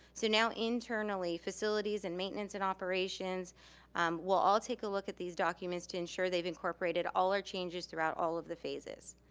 so now internally, facilities, and maintenance and operations will all take a look at these documents to ensure they've incorporated all our changes throughout all of the phases.